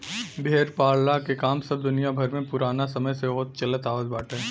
भेड़ पालला के काम सब दुनिया भर में पुराना समय से होत चलत आवत बाटे